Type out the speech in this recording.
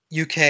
UK